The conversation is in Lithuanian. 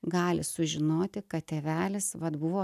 gali sužinoti kad tėvelis vat buvo